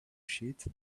sheet